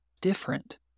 different